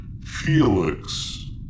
Felix